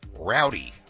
rowdy